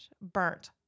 burnt